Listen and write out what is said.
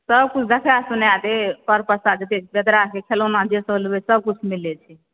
सब किछु देखाए सुनाए देब जते बेदरा के खेलौना जे सब लेबै सबकिछु मिलै छै